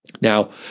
Now